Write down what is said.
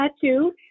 tattoo